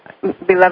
beloved